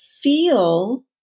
feel